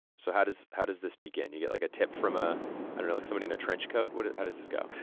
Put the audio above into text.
so how does how does this begin? you get, like, a tip from a i don't know, like, somebody in a trenchcoat. what how does this go?